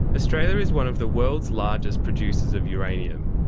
australia is one of the world's largest producers of uranium.